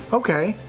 okay.